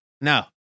No